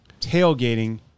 tailgating